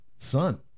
son